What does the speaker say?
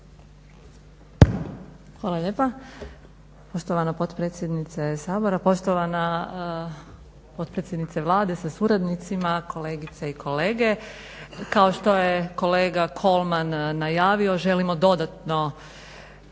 Hvala lijepa. Poštovana potpredsjednice Sabora, poštovana potpredsjednice Vlade sa suradnicima, kolegice i kolege. Kao što je kolega Koman najavio želimo dodatno